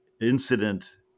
incident